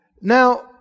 Now